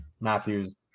Matthews